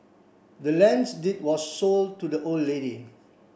the land's deed was sold to the old lady